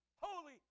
holy